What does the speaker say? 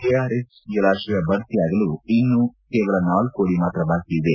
K R S ಜಲಾತಯ ಭರ್ತಿಯಾಗಲು ಇನ್ನೂ ಕೇವಲ ನಾಲ್ಕು ಅಡಿ ಮಾತ್ರ ಬಾಕಿ ಇದೆ